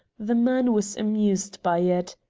the man was amused by it.